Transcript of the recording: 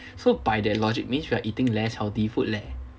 so by that logic means that we're eating less healthy food leh